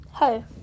Hi